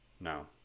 no